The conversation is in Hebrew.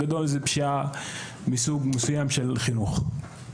פושעים כלפי חינוך של סוג אוכלוסייה מסוים.